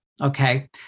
Okay